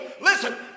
Listen